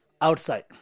outside